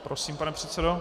Prosím, pane předsedo.